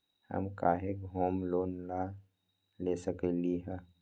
हम काहे home loan न ले सकली ह?